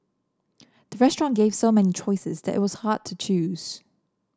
the restaurant gave so many choices that it was hard to choose